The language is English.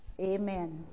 Amen